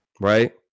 Right